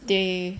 they